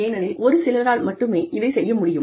ஏனெனில் ஒரு சிலரால் மட்டுமே இதைச் செய்ய முடியும்